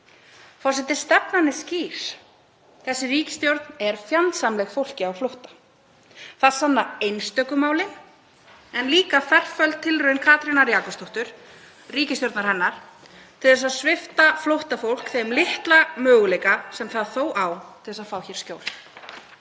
Forseti. Stefnan er skýr: Þessi ríkisstjórn er fjandsamleg fólki á flótta. Það sanna einstöku málin, en líka ferföld tilraun Katrínar Jakobsdóttur, ríkisstjórnar hennar, til að svipta flóttafólk þeim litla möguleika sem það þó á til að fá hér skjól.